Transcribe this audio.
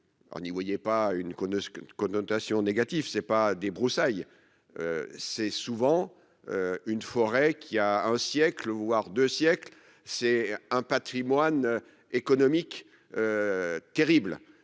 connaissent qu'une connotation négative, c'est pas des broussailles, c'est souvent une forêt qui a un siècle, voire 2 siècles, c'est un Patrimoine économique terrible,